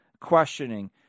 questioning